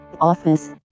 office